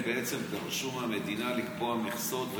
הם בעצם דרשו מהמדינה מכסות,